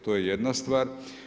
To je jedna stvar.